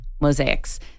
mosaics